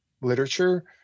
literature